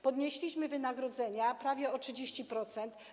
Podnieśliśmy wynagrodzenia prawie o 30%.